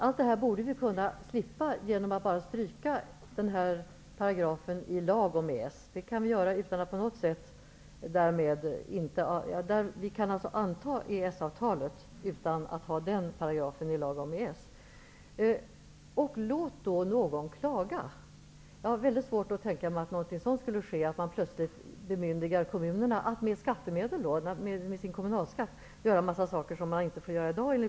Allt detta borde vi kunna slippa genom att stryka den paragrafen i Lag om EES. Vi kan anta EES-avtalet utan att ha med den paragrafen i Lag om EES. Låt då någon klaga! Jag har svårt att tänka mig att man plötsligt, för att kringgå bestämmelser, skulle bemyndiga kommunerna att med skattemedel göra saker som man inte får göra i dag.